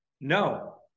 No